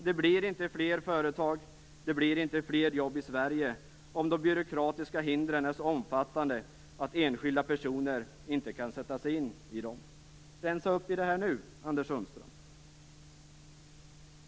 Det blir inte fler företag eller fler jobb i Sverige om de byråkratiska hindren är så omfattande att enskilda personer inte kan sätta sig in i dem. Rensa upp i det här nu, Anders Sundström!